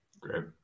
Great